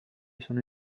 sono